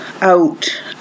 out